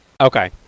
Okay